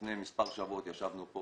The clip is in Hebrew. לפני מספר שבועות ישבנו פה